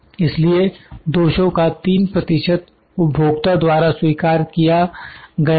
इसलिए दोषों का 3 प्रतिशत उपभोक्ता द्वारा स्वीकार कीया गया है